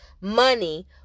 Money